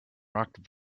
rocked